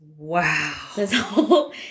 Wow